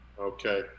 Okay